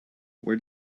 where